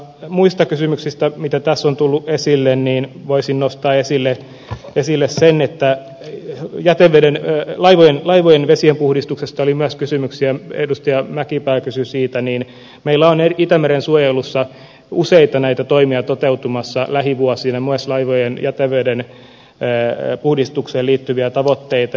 muista kysymyksistä mitä tässä on tullut voisin nostaa esille sen laivojen vesien puhdistuksesta oli myös kysymyksiä edustaja mäkipää kysyi siitä että meillä on itämeren suojelussa useita näitä toimia toteutumassa lähivuosina myös laivojen jäteveden puhdistukseen liittyviä tavoitteita